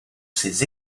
ses